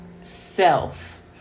self